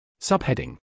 Subheading